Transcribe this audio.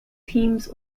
teams